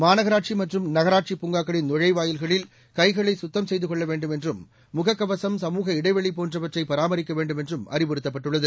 மாநகராட்சி மற்றும் நகராட்சி பூங்காக்களின் நுழைவாயில்களில் கைகளை சுத்தம் செய்து கொள்ள வேண்டும் என்றும் முகக்கவசம் சமூக இடைவெளி போன்றவற்றை பராமரிக்க வேண்டும் என்றும் அறிவுறுத்தப்பட்டுள்ளது